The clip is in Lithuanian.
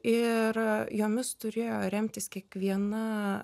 ir jomis turėjo remtis kiekviena